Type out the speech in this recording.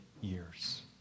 years